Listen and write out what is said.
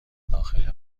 داخل